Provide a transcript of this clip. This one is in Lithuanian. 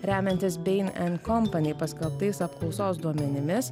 remiantis bain and company paskelbtais apklausos duomenimis